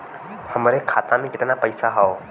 हमरे खाता में कितना पईसा हौ?